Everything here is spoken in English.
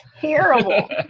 terrible